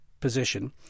position